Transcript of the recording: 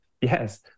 Yes